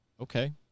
Okay